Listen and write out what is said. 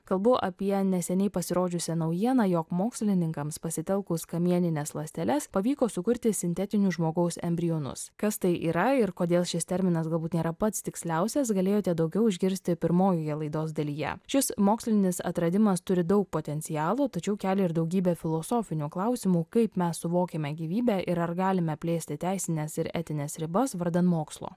kalbu apie neseniai pasirodžiusią naujieną jog mokslininkams pasitelkus kamienines ląsteles pavyko sukurti sintetiniu žmogaus embrionus kas tai yra ir kodėl šis terminas galbūt nėra pats tiksliausias galėjote daugiau išgirsti pirmojoje laidos dalyje šis mokslinis atradimas turi daug potencialo tačiau kelia ir daugybę filosofinių klausimų kaip mes suvokiame gyvybę ir ar galime plėsti teisines ir etines ribas vardan mokslo